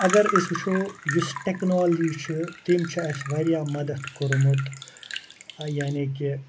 اگر أسۍ وٕچھُو یُس ٹٮ۪کنالگی چھِ تِم چھِ اَسہِ وارِیاہ مدَتھ کوٚرمُت یعنی کہِ